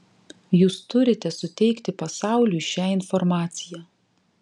jūs turite suteikti pasauliui šią informaciją